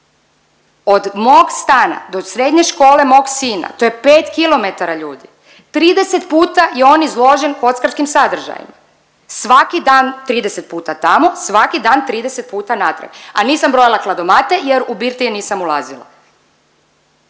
od mog stana do srednje škole mog sina, to je 5 kilometara ljudi, 30 puta je on izložen kockarskim sadržajima, svaki dan 30 puta tamo, svaki dan 30 puta natrag, a nisam brojala kladomate jer u birtije nisam ulazila.